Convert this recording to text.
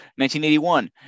1981